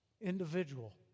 individual